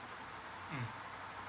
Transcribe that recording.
mm